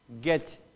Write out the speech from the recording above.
get